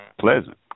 pleasant